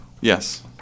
Yes